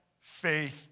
faith